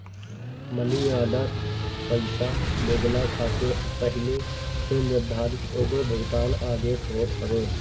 मनी order पईसा भेजला खातिर पहिले से निर्धारित एगो भुगतान आदेश होत हवे